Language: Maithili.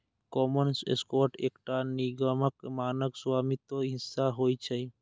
कॉमन स्टॉक एकटा निगमक मानक स्वामित्व हिस्सा होइ छै